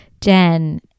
Jen